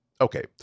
okay